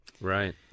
Right